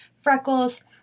freckles